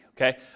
okay